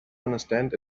understand